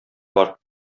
бар